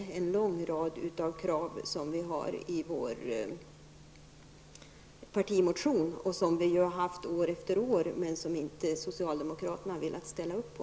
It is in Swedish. Det är en lång rad krav som vi har i vår partimotion och som vi framfört år efter år men som socialdemokraterna inte har velat ställa upp på.